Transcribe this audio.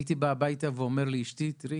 הייתי בא הביתה ואומר לאשתי: תראי,